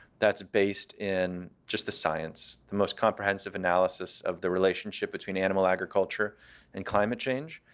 that's based in just the science. the most comprehensive analysis of the relationship between animal agriculture and climate change,